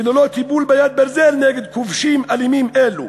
וללא טיפול ביד ברזל נגד כובשים אלימים אלו,